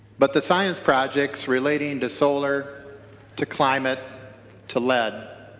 but the science projects relating to solar to climate to lead